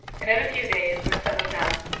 and in a few days were settled down,